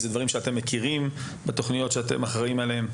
אלה דברים שאתם מכירים בתוכניות שאתם אחראים עליהן?